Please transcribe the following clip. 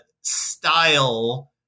style